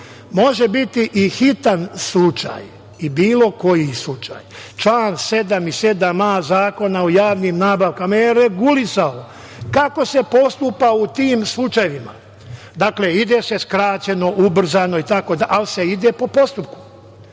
može biti i hitan slučaj i bilo koji slučaj. Član 7. i 7a. Zakona o javnim nabavkama je regulisao kako se postupa u tim slučajevima. Dakle, ide se skraćeno, ubrzano, itd, ali se ide po postupku.